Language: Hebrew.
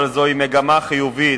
אבל זו מגמה חיובית,